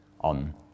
on